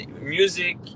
music